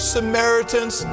Samaritans